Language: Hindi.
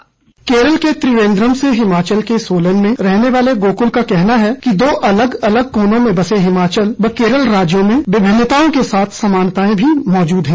वीओ केरल के त्रिवेंद्रम से हिमाचल के सोलन में रहने वाले गोकुल का कहना है कि दो अलग अलग कोनों में बसे हिमाचल व केरल राज्यों में विभिन्नताओं के साथ समानताएं भी मौजूद हैं